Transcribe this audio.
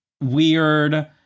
weird